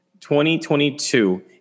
2022